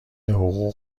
حقوق